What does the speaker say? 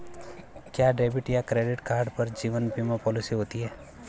क्या डेबिट या credit card पर जीवन बीमा पॉलिसी होती है?